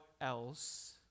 else